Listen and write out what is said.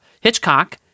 Hitchcock